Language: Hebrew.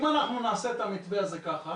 אם אנחנו נעשה את המתווה הזה ככה